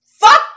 Fuck